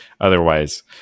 otherwise